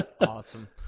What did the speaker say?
Awesome